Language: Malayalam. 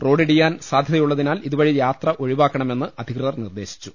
റോഡ് ഇടിയാൻ സാധ്യതയുള്ളതിനാൽ ഇതുവഴി യാത്ര ഒഴിവാക്കണമെന്ന് അധികൃതർ നിർദേശിച്ചു